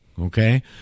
okay